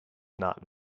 not